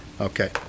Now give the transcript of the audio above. okay